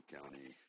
County